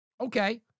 Okay